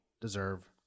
deserve